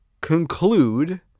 conclude